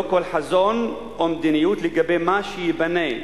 כל חזון או מדיניות לגבי מה שייבנה,